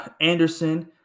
Anderson